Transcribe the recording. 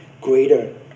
greater